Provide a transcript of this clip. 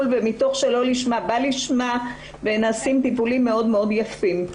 ומתוך לא לשמה בא לשמה ונעשים טיפולים מאוד יפים.